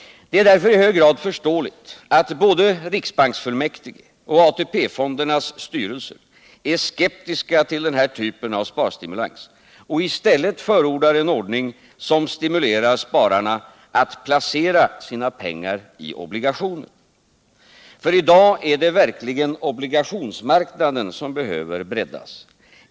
Det är därför i hög grad förståeligt att både riksbanken och ATP-fondernas styrelser är skeptiska till den här typen av sparstimulans och i stället förordar en ordning som stimulerar spararna att placera sina pengar i obligationer. I dag är det verkligen obligationsmarknaden som behöver breddas.